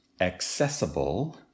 accessible